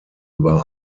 über